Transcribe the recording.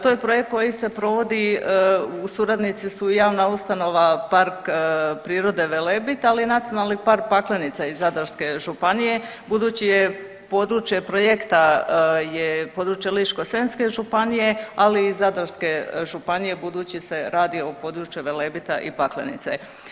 To je projekt koji se provodi, suradnici su javna ustanova Park prirode Velebit ali i Nacionalni park Paklenica iz Zadarske županije budući je područje projekta je područje Ličko-senjske županije ali i Zadarske županije budući se radi o području Velebita i Paklenice.